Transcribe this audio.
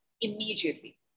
immediately